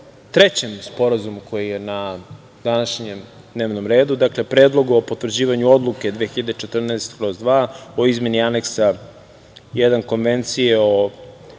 trećem sporazumu koji je na današnjem dnevnom redu, Predlogu o potvrđivanju Odluke 2014/2 o izmeni Aneksa 1 Konvencije o